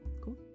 cool